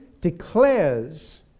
declares